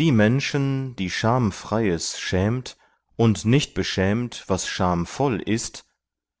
die menschen die schamfreies schämt und nicht beschämt was schamvoll ist